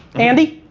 andy?